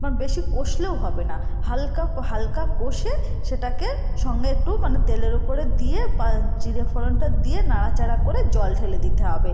বা বেশি কষলেও হবে না হালকা হালকা কষে সেটাকে সঙ্গে একটু মানে তেলের ওপরে দিয়ে বা জিরে ফোড়নটা দিয়ে নাড়াচাড়া করে জল ঢেলে দিতে হবে